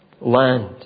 land